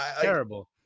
Terrible